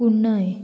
कुंडय